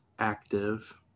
active